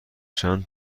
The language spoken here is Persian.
چند